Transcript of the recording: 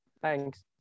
thanks